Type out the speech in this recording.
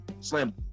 slam